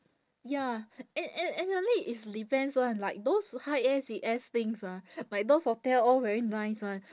ya ac~ ac~ actually it depends [one] like those high S_E_S things ah like those hotel all very nice [one]